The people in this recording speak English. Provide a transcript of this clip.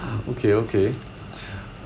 okay okay